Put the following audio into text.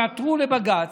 הם עתרו לבג"ץ.